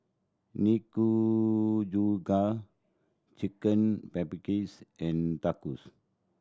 Nikujaga Chicken Paprikas and Tacos